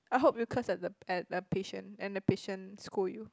I hope you curse at the at the patient and the patient scold you